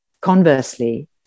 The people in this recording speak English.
conversely